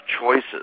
choices